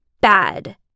bad